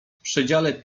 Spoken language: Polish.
przedziale